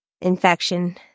infection